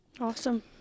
Awesome